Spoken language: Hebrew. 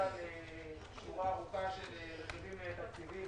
על שורה ארוכה של רכיבים תקציביים,